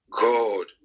god